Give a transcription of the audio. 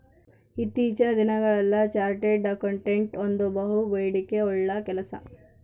ಇತ್ತೀಚಿನ ದಿನಗಳಲ್ಲಿ chartered accountant ಒಂದು ಬಹುಬೇಡಿಕೆ ಉಳ್ಳ ಕೆಲಸ